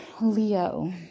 Leo